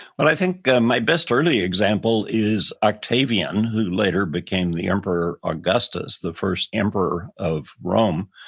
well, i think my best early example is octavian, who later became the emperor augustus, the first emperor of rome,